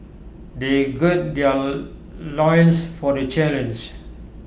they gird their loins for the challenge